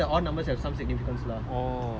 that [one] பதினெட்டு:patinettu that [one] சபரிமலே:sabarimalae